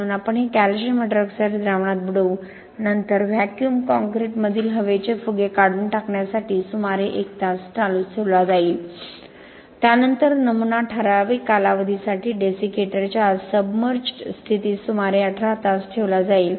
म्हणून आपण हे कॅल्शियम हायड्रॉक्साईड द्रावणात बुडवू नंतर व्हॅक्यूम कॉंक्रिटमधील हवेचे फुगे काढून टाकण्यासाठी सुमारे 1 तास चालू ठेवला जाईल त्यानंतर नमुना ठराविक कालावधीसाठी डेसिकेटरच्या आत सब मर्ज्ड स्थितीत सुमारे 18 तास ठेवला जाईल